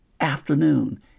afternoon